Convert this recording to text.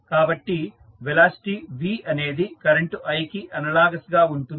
కాబట్టి velocity v అనేది current i కి అనలాగస్ గా ఉంటుంది